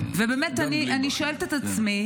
ובאמת, אני שואלת את עצמי